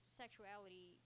sexuality